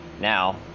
Now